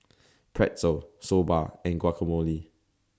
Pretzel Soba and Guacamole